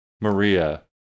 Maria